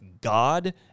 God